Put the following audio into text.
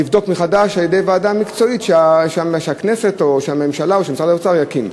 לבדוק מחדש על-ידי ועדה מקצועית שהכנסת או הממשלה או משרד האוצר יקים.